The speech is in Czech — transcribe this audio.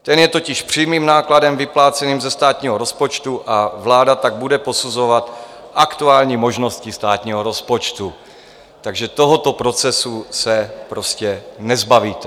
Ten je totiž přímým nákladem vypláceným ze státního rozpočtu a vláda tak bude posuzovat aktuální možnosti státního rozpočtu, takže tohoto procesu se prostě nezbavíte.